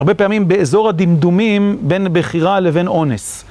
הרבה פעמים באזור הדמדומים בין בחירה לבין אונס.